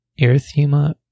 Erythema